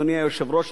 אדוני היושב-ראש,